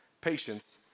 patience